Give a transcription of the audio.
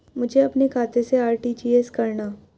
मुझे अपने खाते से आर.टी.जी.एस करना?